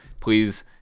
please